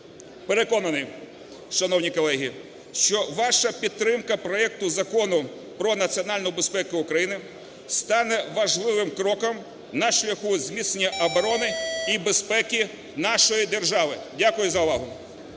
Переконаний, шановні колеги, що ваша підтримка проекту Закону про національну безпеку України стане важливим кроком на шляху зміцнення оборони і безпеки нашої держави. Дякую за увагу.